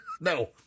no